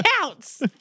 counts